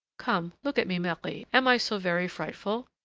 come, look at me, marie, am i so very frightful?